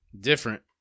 different